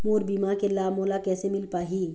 मोर बीमा के लाभ मोला कैसे मिल पाही?